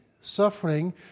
suffering